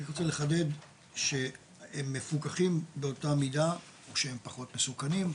אני רוצה לחדד הם מפוקחים באותה מידה או שהם פחות מסוכנים,